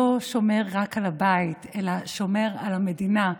לא שומר רק על הבית אלא שומר על המדינה,